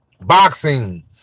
Boxing